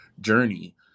journey